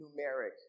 numeric